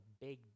big